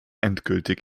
endgültig